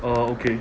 uh okay